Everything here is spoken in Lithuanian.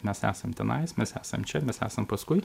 mes esam tenais mes esam čia mes esam paskui